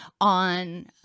on